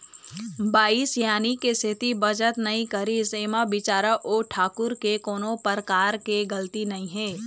बाई सियानी के सेती बचत नइ करिस ऐमा बिचारा ओ ठाकूर के कोनो परकार के गलती नइ हे